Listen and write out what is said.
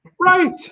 Right